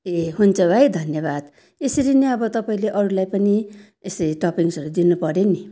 ए हुन्छ भाइ धन्यवाद यसरी नै अब तपाईँले अरूलाई पनि यसरी टपिङ्सहरू दिनुपऱ्यो नि